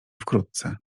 wkrótce